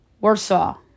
Warsaw